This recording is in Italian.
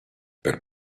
per